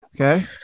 Okay